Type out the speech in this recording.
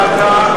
זה יעבור לוועדה,